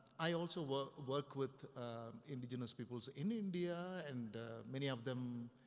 i also work work with indigenous peoples in india, and many of them,